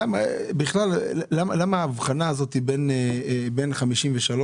אני רוצה לשאול למה יש הבחנה בין לפני ואחרי